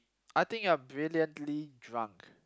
I think you are brilliantly drunk